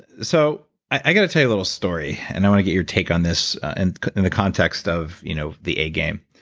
so, i got to tell you a little story, and i want to get your take on this and in the context of you know the a game.